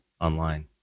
online